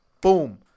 Boom